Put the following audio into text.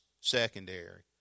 secondary